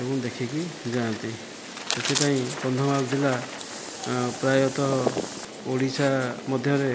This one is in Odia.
ଏବଂ ଦେଖିକି ଯାଆନ୍ତି ସେଥିପାଇଁ କନ୍ଧମାଳ ଜିଲ୍ଲା ପ୍ରାୟତଃ ଓଡ଼ିଶା ମଧ୍ୟରେ